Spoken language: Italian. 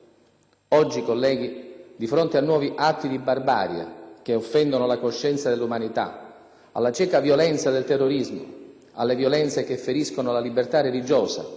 Oggi, colleghi, di fronte a nuovi «atti di barbarie che offendono la coscienza dell'umanità», alla cieca violenza del terrorismo, alle violenze che feriscono la libertà religiosa